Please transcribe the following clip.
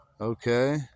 Okay